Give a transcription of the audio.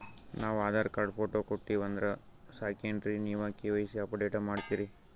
ನಾವು Aadhaar card, photo ಕೊಟ್ಟೀವಂದ್ರ ಸಾಕೇನ್ರಿ ನೀವ ಕೆ.ವೈ.ಸಿ ಅಪಡೇಟ ಮಾಡ್ತೀರಿ?